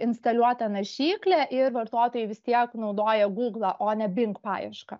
instaliuota naršyklė ir vartotojai vis tiek naudoja guglą o ne bing paiešką